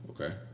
Okay